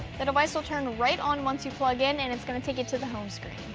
the device will turn right on once you plug in and it's gonna take you to the home screen.